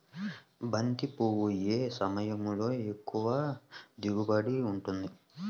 బంతి పువ్వు ఏ సమయంలో ఎక్కువ దిగుబడి ఉంటుంది?